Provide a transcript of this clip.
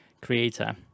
creator